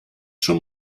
schon